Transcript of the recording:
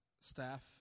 staff